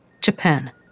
Japan